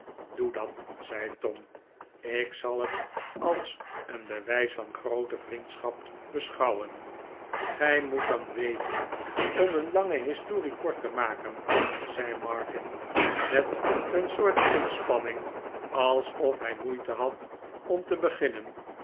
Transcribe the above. doe dat zei tom ik zal het als een bewijs van groote vriendschap beschouwen gij moet dan weten om een iange historie kort te maken zei martin met een soort inspanning alsof hij moeite had om te beginnen